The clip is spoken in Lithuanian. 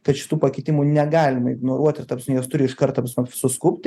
kad šitų pakitimų negalima ignoruoti ir ta prasme jos turi iš karto suskubti